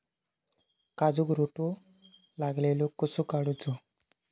काजूक रोटो लागलेलो कसो काडूचो?